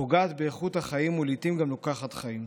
פוגעת באיכות החיים ולעיתים גם לוקחת חיים.